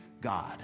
God